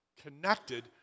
connected